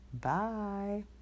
bye